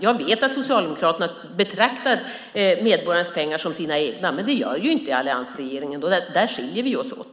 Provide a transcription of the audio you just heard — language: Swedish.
Jag vet att Socialdemokraterna betraktar medborgarnas pengar som sina egna, men det gör inte alliansregeringen. Där skiljer vi oss åt.